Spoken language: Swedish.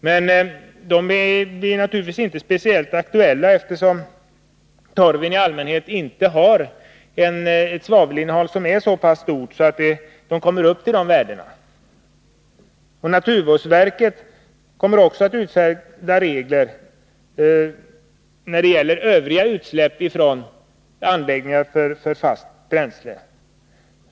Men de blir naturligtvis inte speciellt aktuella, : 18 maj 1982 eftersom torven i allmänhet inte har ett så stort svavelinnehåll att den kommer upp till de värdena. Naturvårdsverket kommer också att utfärda Åtgärder mot förregler när det gäller övriga utsläpp från anläggningar för fast bränsle.